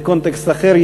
בקונטקסט אחר,